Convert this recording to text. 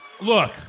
Look